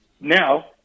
Now